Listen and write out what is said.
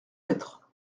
être